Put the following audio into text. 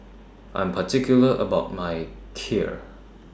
I'm particular about My Kheer